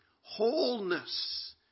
Wholeness